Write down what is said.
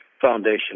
Foundation